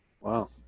Wow